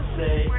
say